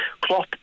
klopp